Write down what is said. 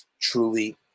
truly